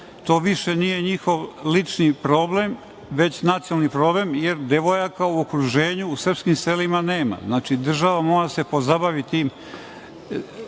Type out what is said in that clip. To više nije njihov lični problem, već nacionalni problem, jer devojaka u okruženju u srpskim selima nema. Znači, država mora da se pozabavi tim